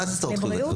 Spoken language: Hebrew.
מה זה הסדרת חיוביות?